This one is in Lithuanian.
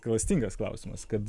klastingas klausimas kad